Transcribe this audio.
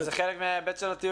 זה חלק מההיבט של הטיולים.